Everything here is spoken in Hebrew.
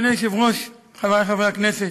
אדוני היושב-ראש, חבריי חברי הכנסת,